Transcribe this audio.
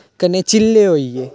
कन्नै चिल्ले होई गे